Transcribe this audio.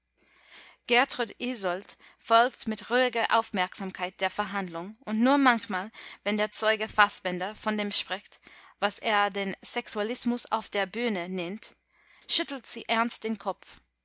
gertrud eysoldt folgt mit ruhiger aufmerksamkeit der verhandlung und nur manchmal wenn der zeuge faßbender von dem spricht was er den sexualismus auf der bühne nennt schüttelt sie ernst den kopf